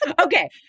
Okay